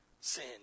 sin